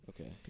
Okay